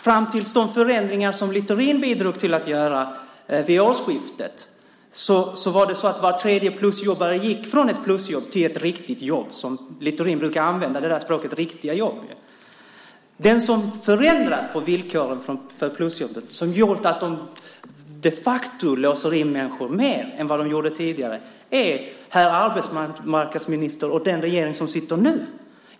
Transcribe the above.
Fram till årsskiftet, alltså till dess att Littorin bidrog till att göra förändringar, gick var tredje plusjobbare från ett plusjobb till ett riktigt jobb; Littorin brukar ju använda uttrycket "riktiga jobb". De som förändrat villkoren för plusjobben, som gjort att de låser in människor mer än tidigare, är herr arbetsmarknadsminister och den nu sittande regeringen.